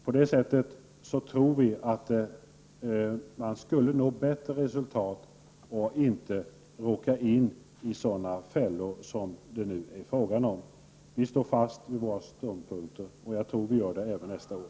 På det sättet tror vi att bättre resultat skulle kunna uppnås och att man inte behöver hamna i sådana fällor som man nu kan hamna i. Vi står alltså fast vid våra ståndpunkter, och jag tror att vi gör det även nästa år.